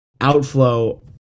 outflow